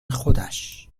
خودش